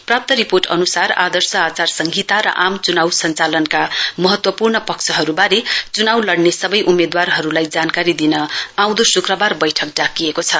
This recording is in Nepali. प्राप्त रिपोर्ट अनुसार आदर्श आचार संहिता र आम चुनाउ संचालनका महत्वपूर्ण पक्षहरुवारे चुनाउ लड़ने सवै उम्मेदवारहरुलाई जानकारी दिन आउँदो शुक्रवार वैठक डाकिएको छ